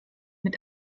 mit